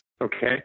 Okay